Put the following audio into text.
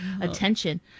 attention